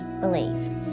believe